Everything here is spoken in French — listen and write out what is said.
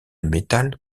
métal